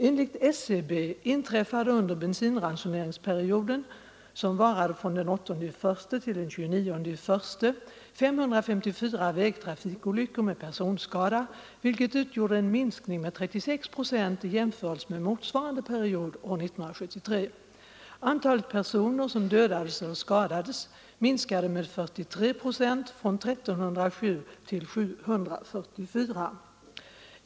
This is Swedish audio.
Enligt SCB inträffade under bensinransoneringsperioden, som varade från den 8 januari till den 29 januari, 554 vägtrafikolyckor med personskada, vilket var en minskning med 36 procent i jämförelse med motsvarande period år 1973. Antalet personer som dödades eller skadades minskade med 43 procent, från 1307 till 744.